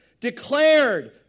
declared